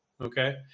Okay